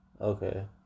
Okay